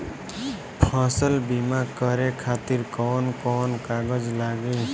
फसल बीमा करे खातिर कवन कवन कागज लागी?